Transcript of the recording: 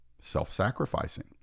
self-sacrificing